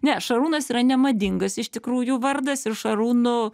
ne šarūnas yra nemadingas iš tikrųjų vardas ir šarūnu